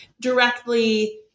directly